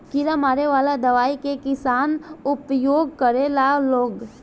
कीड़ा मारे वाला दवाई के किसान उपयोग करेला लोग